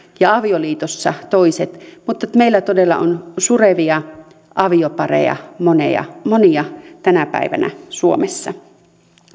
ja avioliitossa toiset mutta meillä todella on surevia aviopareja monia monia tänä päivänä suomessa